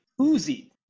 Uzi